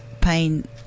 pain